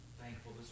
thankful